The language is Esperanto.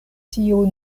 tio